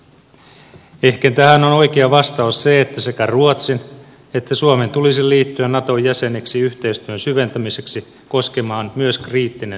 ehkä tähän on oikea vastaus se että sekä ruotsin että suomen tulisi liittyä nato jäseneksi yhteistyön syventämiseksi koskemaan myös kriittistä sotilaallista suorituskykyä